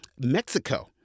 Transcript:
Mexico